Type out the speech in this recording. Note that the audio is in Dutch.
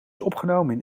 opgenomen